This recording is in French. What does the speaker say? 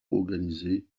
organisée